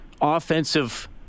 offensive